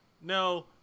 No